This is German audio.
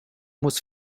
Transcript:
muss